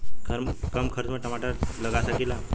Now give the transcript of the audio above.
कम खर्च में टमाटर लगा सकीला?